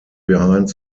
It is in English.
behind